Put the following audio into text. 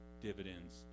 dividends